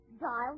Dial